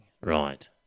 Right